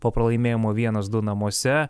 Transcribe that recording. po pralaimėjimo vienas du namuose